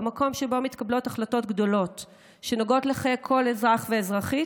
במקום שבו מתקבלות החלטות גדולות שנוגעות לחיי כל אזרח ואזרחית,